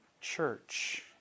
church